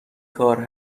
کار